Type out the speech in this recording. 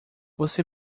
você